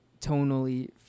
tonally